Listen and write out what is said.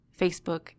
Facebook